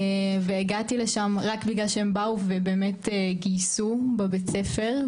והגעתי לשם רק בגלל שהם באו ובאמת גייסו בבית הספר,